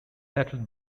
settled